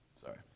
Sorry